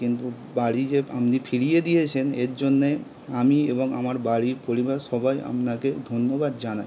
কিন্তু বাড়ি যে আপনি ফিরিয়ে দিয়েছেন এর জন্যে আমি এবং আমার বাড়ির পরিবার সবাই আপনাকে ধন্যবাদ জানাই